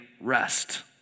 rest